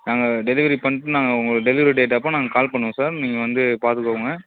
நாங்கள் டெலிவரி பண்ணிட்டு நாங்கள் உங்கள் டெலிவரி டேட் அப்போ நாங்கள் கால் பண்ணுவோம் சார் நீங்கள் வந்து பாத்துக்கங்க